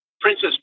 Princess